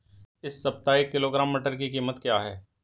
इस सप्ताह एक किलोग्राम मटर की कीमत क्या है?